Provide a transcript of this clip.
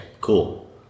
Cool